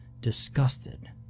disgusted